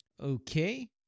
Okay